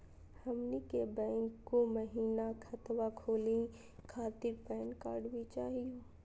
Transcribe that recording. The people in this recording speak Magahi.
हमनी के बैंको महिना खतवा खोलही खातीर पैन कार्ड भी चाहियो?